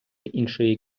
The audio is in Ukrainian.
іншої